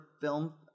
film